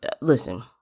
Listen